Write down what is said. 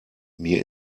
mir